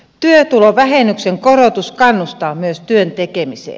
työtulovähennyksen korotus kannustaa myös työn tekemiseen